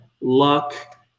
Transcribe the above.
luck